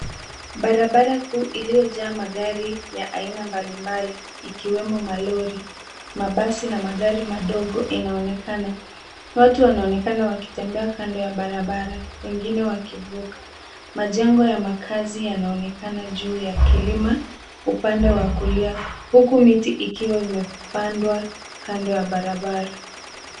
Barabara kuu iliyojaa magari ya aina mbali mbali, ikiwemo malori, mabasi, na magari madogo inaonekana. Watu wanaonekana wakitembea kando ya barabara, wengine wakivuka. Majengo ya makazi yanaonekana juu ya kilima, upande wa kulia, huku miti ikiwa imepandwa kando ya barabara.